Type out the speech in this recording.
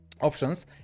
options